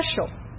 special